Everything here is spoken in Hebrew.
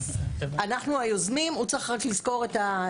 אנחנו היוזמים, הוא צריך רק לזכור את הסיסמה.